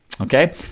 Okay